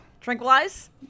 tranquilize